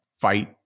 fight